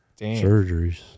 surgeries